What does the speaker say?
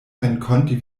renkonti